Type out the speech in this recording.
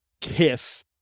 kiss